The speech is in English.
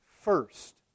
first